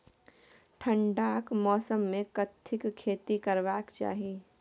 ठंडाक मौसम मे कथिक खेती करबाक चाही?